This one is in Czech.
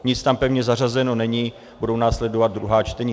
Nic tam pevně zařazeno není, budou následovat druhá čtení.